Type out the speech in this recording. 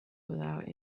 without